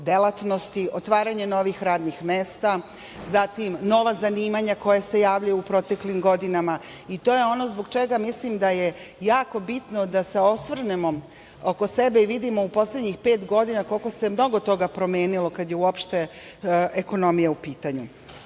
delatnosti, otvaranje novih radnih mesta, zatim nova zanimanja koja se javljaju u proteklim godinama. To je ono zbog čega je jako bitno da se osvrnemo oko sebe i vidimo u poslednjih pet godina koliko se mnogo toga promenilo, kada je uopšte ekonomija u pitanju. Ono